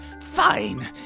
Fine